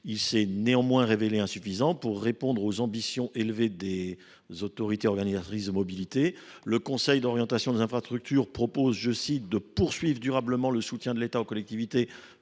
Il s’est néanmoins révélé insuffisant pour répondre aux ambitions élevées des autorités organisatrices de la mobilité (AOM). Le Conseil d’orientation des infrastructures (COI) propose de « poursuivre durablement le soutien de l’État aux collectivités